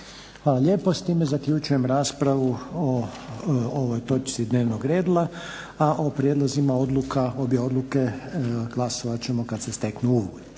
Hvala lijepo. S time zaključujem raspravu o ovoj točci dnevnog reda, a o prijedlozima odluka, obje odluke glasovat ćemo kad se steknu uvjeti.